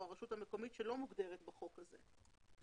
הרשות המקומית שלא מוגדרת בחוק הזה.